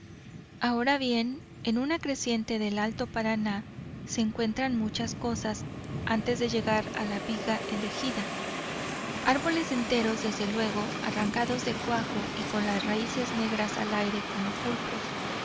ahora bien en una creciente del alto paraná se encuentran muchas cosas antes de llegar a la viga elegida arboles enteros desde luego arrancados de cuajo y con las raíces negras al aire como pulpos